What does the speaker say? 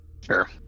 Sure